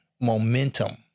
momentum